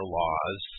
laws